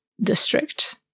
district